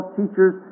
teachers